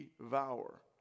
devour